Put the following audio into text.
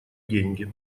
деньги